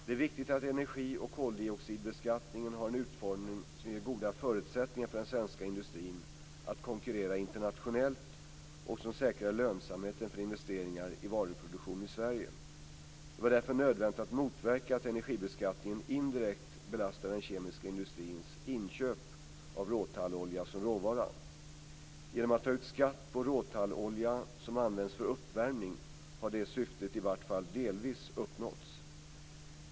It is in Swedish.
Det är viktigt att energi och koldioxidbeskattningen har en utformning som ger goda förutsättningar för den svenska industrin att konkurrera internationellt och som säkrar lönsamheten för investeringar i varuproduktion i Sverige. Det var därför nödvändigt att motverka att energibeskattningen indirekt belastade den kemiska industrins inköp av råtallolja som råvara. Genom att ta ut skatt på råtallolja, som används för uppvärmning, har det syftet i vart fall delvis uppnåtts.